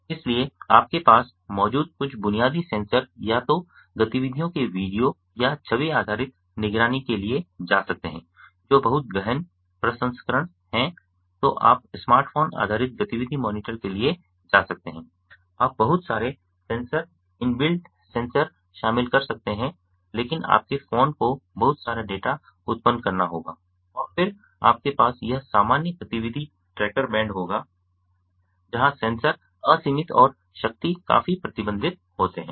इसलिए आपके पास मौजूद कुछ बुनियादी सेंसर या तो गतिविधियों के वीडियो या छवि आधारित निगरानी के लिए जा सकते हैं जो बहुत गहन प्रसंस्करण है तो आप स्मार्टफोन आधारित गतिविधि मॉनिटर के लिए जा सकते हैं आप बहुत सारे सेंसर इनबिल्ट सेंसर शामिल कर सकते हैं लेकिन आपके फोन को बहुत सारा डेटा उत्पन्न करना होगा और फिर आपके पास यह सामान्य गतिविधि ट्रैकर बैंड होता है जहां सेंसर असीमित और शक्ति काफी प्रतिबंधित होते हैं